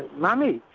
mummy,